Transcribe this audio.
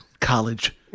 college